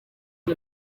ari